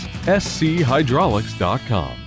schydraulics.com